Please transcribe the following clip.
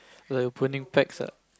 like a burning pax ah